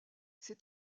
ces